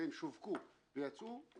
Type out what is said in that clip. והם שווקו ויצאו,